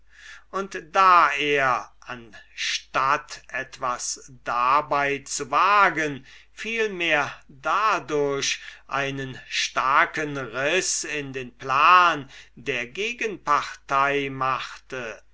und da er anstatt etwas dabei zu wagen vielmehr dadurch einen starken riß in den plan der gegenpartei machte